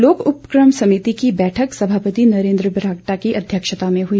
लोक उपकम समिति की बैठक समापति नरेन्द्र बरागटा की अध्यक्षता में हुई